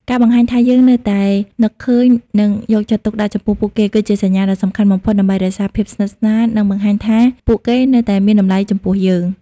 ការបង្ហាញថាយើងនៅតែនឹកឃើញ និងយកចិត្តទុកដាក់ចំពោះពួកគេ គឺជាសញ្ញាដ៏សំខាន់បំផុតដើម្បីរក្សាភាពស្និទ្ធស្នាល និងបង្ហាញថាពួកគេនៅតែមានតម្លៃចំពោះយើង។